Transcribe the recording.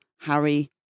Harry